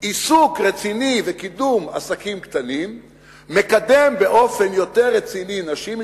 עיסוק רציני וקידום עסקים קטנים מקדם באופן יותר רציני נשים,